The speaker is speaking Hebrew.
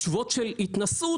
תשובות של התנשאות,